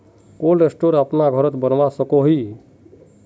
Cold store अपना घोरोत बनवा सकोहो ही?